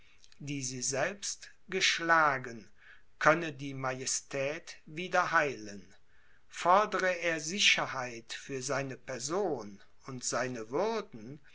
die sie selbst geschlagen könne die majestät wieder heilen fordere er sicherheit für seine person und seine würden